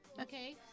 okay